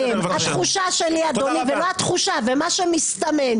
התחושה שלי ולא רק תחושה ומה שמסתמן,